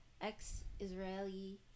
Ex-Israeli